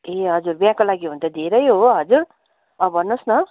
ए हजुर बिहाको लागि हो भने त धेरै हो हजुर अँ भन्नुहोस् न